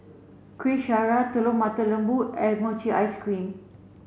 Kuih Syara Telur Mata Lembu and mochi ice cream